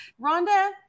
Rhonda